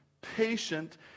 patient